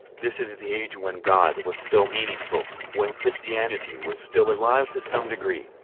this is the age when god was still meaningful, when christianity was still alive to some degree.